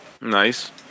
Nice